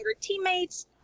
teammates